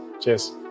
Cheers